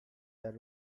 the